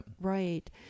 right